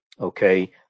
Okay